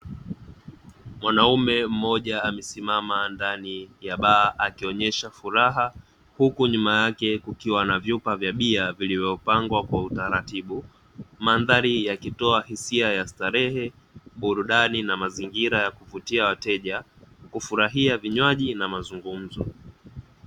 Mwanaume mmoja amesimama ndani ya baa akionyesha furaha, huku nyuma yake kukiwa na vyupa vya bia vilivyopangwa kwa utaratibu mandhari ikitoa hisia ya starehe burudani kuvutia wateja kufurahia vinywaji na mazungumzo.